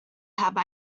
have